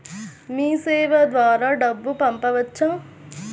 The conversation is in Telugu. మీసేవ ద్వారా డబ్బు పంపవచ్చా?